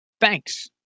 Thanks